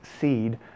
seed